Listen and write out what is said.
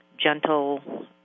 gentle